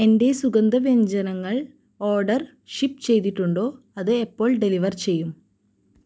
എന്റെ സുഗന്ധവ്യഞ്ജനങ്ങൾ order ship ചെയ്തിട്ടുണ്ടോ അത് എപ്പോൾ ഡെലിവർ ചെയ്യും